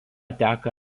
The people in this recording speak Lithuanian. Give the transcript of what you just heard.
teka